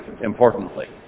importantly